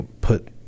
put –